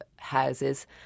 Houses